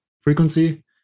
frequency